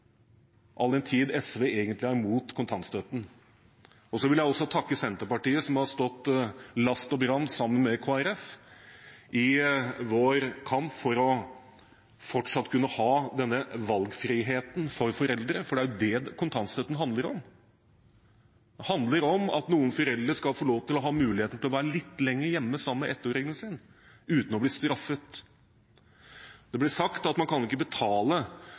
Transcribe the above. den tid SV egentlig er imot kontantstøtten. Jeg vil også takke Senterpartiet, som har stått last og brast med Kristelig Folkeparti i vår kamp for fortsatt å kunne ha denne valgfriheten for foreldre – for det er jo det kontantstøtten handler om. Det handler om at noen foreldre skal få lov til å ha muligheten til å være litt lenger hjemme sammen med ettåringen sin, uten å bli straffet. Det blir sagt at man ikke kan betale